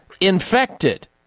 infected